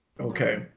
Okay